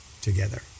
together